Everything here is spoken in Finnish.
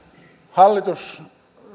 hallitus